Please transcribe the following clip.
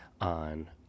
on